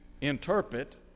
interpret